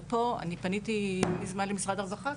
ופה אני פניתי מזמן למשרד הרווחה.